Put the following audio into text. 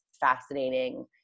fascinating